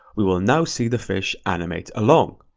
we will now see the fish animate along.